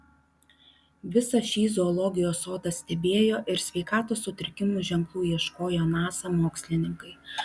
visą šį zoologijos sodą stebėjo ir sveikatos sutrikimų ženklų ieškojo nasa mokslininkai